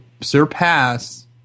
surpass